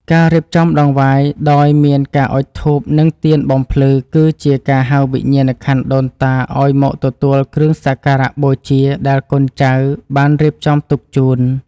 ការរៀបចំដង្វាយដោយមានការអុជធូបនិងទៀនបំភ្លឺគឺជាការហៅវិញ្ញាណក្ខន្ធដូនតាឱ្យមកទទួលយកគ្រឿងសក្ការៈបូជាដែលកូនចៅបានរៀបចំទុកជូន។